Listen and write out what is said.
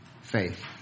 faith